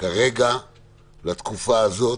כרגע לתקופה הזאת,